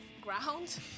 ground